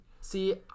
See